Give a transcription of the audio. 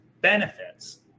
benefits